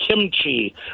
kimchi